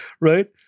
right